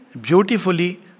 beautifully